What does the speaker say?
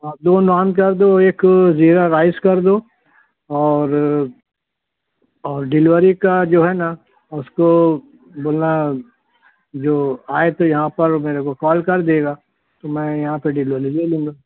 ہاں دو نان کر دو ایک زیرا رائس کر دو اور اور ڈیلوری کا جو ہے نا اس کو بولنا جو آئے تو یہاں پر میرے کو کال کر دے گا تو میں یہاں پہ ڈیلولی لے لوں گا